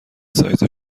سایز